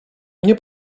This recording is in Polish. nie